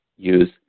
use